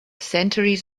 centuries